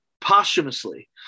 posthumously